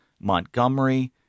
Montgomery